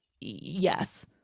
yes